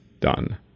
done